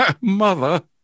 mother